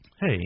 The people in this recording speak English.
hey